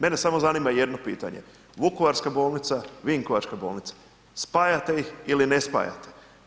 Mene samo zanima jedno pitanje Vukovarska bolnica, Vinkovačka bolnica, spajate ih ili ne spajate?